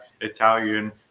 Italian